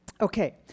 Okay